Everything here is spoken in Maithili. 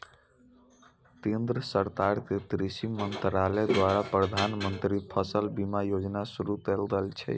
केंद्र सरकार के कृषि मंत्रालय द्वारा प्रधानमंत्री फसल बीमा योजना शुरू कैल गेल छै